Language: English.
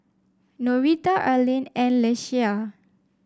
Norita Arlen and Ieshia